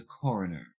coroner